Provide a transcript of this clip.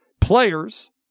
players